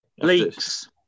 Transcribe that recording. Leaks